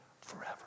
forever